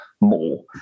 more